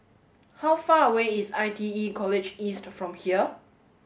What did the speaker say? how far away is I T E College East from here